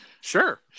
Sure